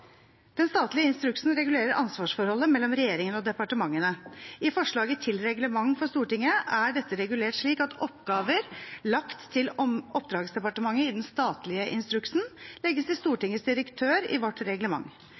Den statlige instruksen regulerer ansvarsforholdet mellom regjeringen og departementene. I forslaget til reglement for Stortinget er dette regulert slik at oppgaver lagt til oppdragsdepartementet i den statlige instruksen, legges til Stortingets direktør i vårt reglement.